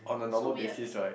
so weird